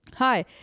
Hi